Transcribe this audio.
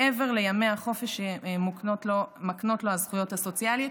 מעבר לימי החופש שמקנות לו הזכויות הסוציאליות,